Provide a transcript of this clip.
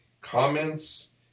comments